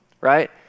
right